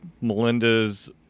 Melinda's